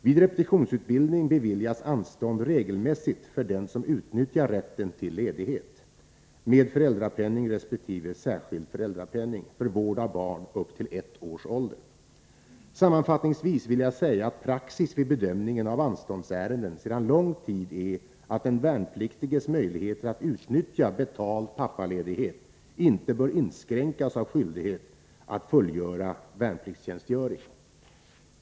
Vid repetitionsutbildning beviljas anstånd regelmässigt för den som utnyttjar rätten till ledighet, med föräldrapenning resp. särskild föräldrapenning, för vård av barn upp till ett års ålder. Sammanfattningsvis vill jag säga att praxis vid bedömningen av anståndsärenden sedan lång tid är att den värnpliktiges möjligheter att utnyttja ”betald pappaledighet” inte bör inskränkas av skyldighet att fullgöra värnpliktstjänstgöring.